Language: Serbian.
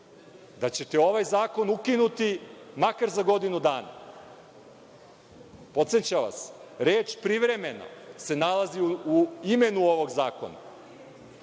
da ćete ovaj zakon ukinuti makar za godinu dana? Podsećam vas, reč privremeno se nalazi u imenu ovog zakona